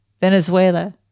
Venezuela